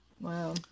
Wow